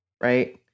right